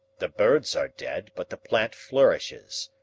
the birds are dead, but the plant flourishes.